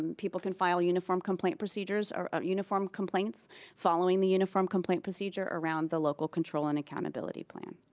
people can file uniform complaint procedures or ah uniform complaints following the uniform complaint procedure around the local control and accountability plan.